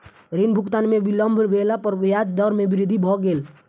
ऋण भुगतान में विलम्ब भेला पर ब्याज दर में वृद्धि भ गेल